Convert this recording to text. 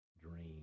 dream